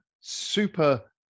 super